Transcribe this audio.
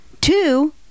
Two